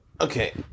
Okay